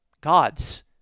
God's